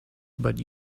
but